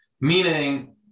meaning